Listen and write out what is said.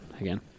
again